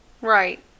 Right